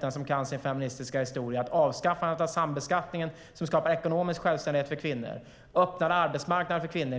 den som kan sin feministiska historia att avskaffandet av sambeskattningen skapade ekonomisk självständighet för kvinnor och öppnade arbetsmarknaden för kvinnor.